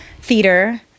theater